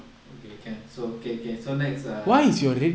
okay can so okay okay so next err